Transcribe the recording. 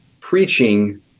preaching